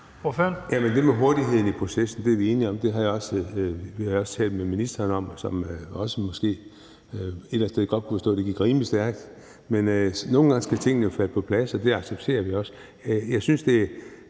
Det med hurtigheden i processen er vi enige om. Det har jeg også talt med ministeren om, som også måske et eller andet sted kunne forstå, at det gik rimelig stærkt. Men nogle gange skal tingene jo falde på plads, og det accepterer vi også. Jeg synes, at det